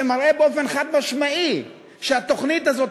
שמראה באופן חד-משמעי שהתוכנית הזאת,